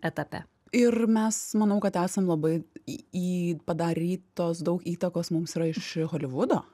etape ir mes manau kad esam labai į padarytos daug įtakos mums yra iš holivudo